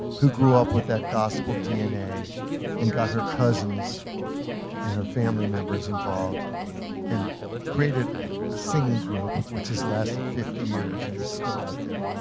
who grew up with that gospel dna and got her cousins and her family members involved and created a singing group which has lasted fifty years and is still out there.